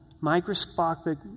microscopic